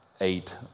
eight